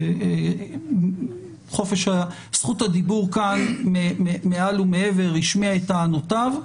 זכות הדיבור כאן מעל ומעבר והשמיע את טענותיו,